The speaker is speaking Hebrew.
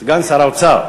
סגן שר האוצר.